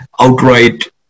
outright